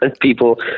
People